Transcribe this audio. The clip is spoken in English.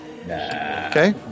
Okay